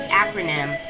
acronym